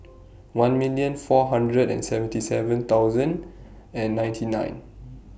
one million four hundred and seventy seven thousand and ninety nine